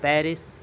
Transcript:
Paris